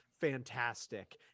fantastic